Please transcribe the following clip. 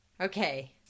Okay